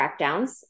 crackdowns